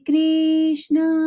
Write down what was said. Krishna